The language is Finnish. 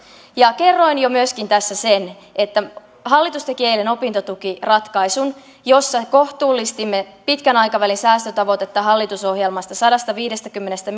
tutkijoita kerroin jo myöskin tässä sen että hallitus teki eilen opintotukiratkaisun jossa me kohtuullistimme pitkän aikavälin säästötavoitetta hallitusohjelman sadastaviidestäkymmenestä